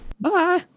bye